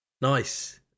Nice